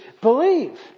believe